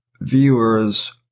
viewers